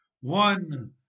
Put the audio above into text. One